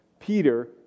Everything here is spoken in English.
Peter